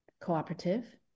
cooperative